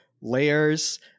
layers